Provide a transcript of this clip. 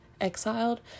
exiled